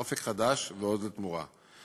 "אופק חדש" ו"עוז לתמורה",